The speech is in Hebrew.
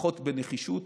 פחות בנחישות